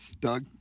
Doug